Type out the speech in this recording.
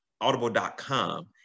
audible.com